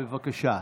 בבקשה.